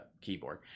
keyboard